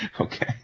Okay